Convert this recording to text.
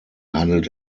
handelt